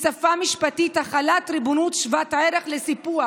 בשפה משפטית החלת ריבונות שוות ערך לסיפוח.